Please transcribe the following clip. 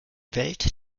welt